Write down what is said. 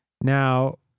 Now